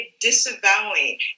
disavowing